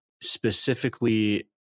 specifically